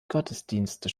gottesdienste